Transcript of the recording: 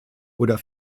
oder